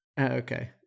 okay